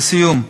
לסיום,